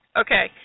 Okay